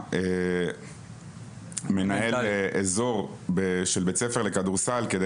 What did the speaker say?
לדוגמא מנהל איזור של בית ספר לכדורסל כדי